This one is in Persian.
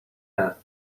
است